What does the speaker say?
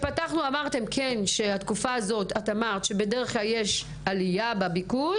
אמרת שבדרך כלל בתקופה הזו יש עלייה בביקוש